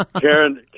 Karen